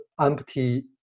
empty